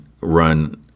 run